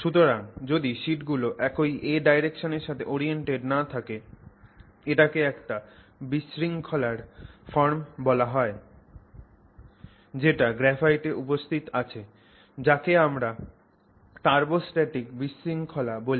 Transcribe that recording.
সুতরাং যদি শিটগুলো একই a direction এর সাথে ওরিয়েন্টেড না থাকে এটাকে একটা বিশৃঙ্খলার এর ফর্ম বলা হয় যেটা গ্রাফাইটে উপস্থিত আছে যাকে আমরা টার্বোস্টাটিক বিশৃঙ্খলা বলি